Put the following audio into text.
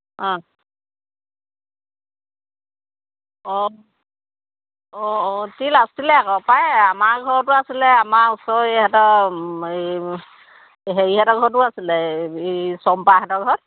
অ' অ' অ' অ' তিল আছিলে আকৌ পাই আমাৰ ঘৰতো আছিলে আমাৰ ওচৰৰ ইহঁতৰ এই হেৰিহঁতৰ ঘৰতো আছিলে এই চম্পাহঁত ঘৰত